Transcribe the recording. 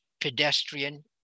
pedestrian